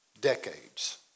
decades